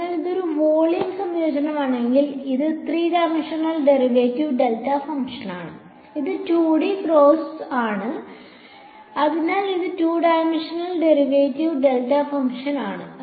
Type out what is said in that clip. അതിനാൽ ഇതൊരു വോളിയം സംയോജനമാണെങ്കിൽ ഇത് ത്രീ ഡൈമൻഷൻ ഡെറിവേഡ് ഡെൽറ്റ ഫംഗ്ഷനാണ് ഇത് 2 ഡി കേസ് ആണ് അതിനാൽ ഇത് two dimension derived delta function ആണ്